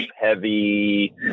heavy